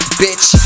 bitch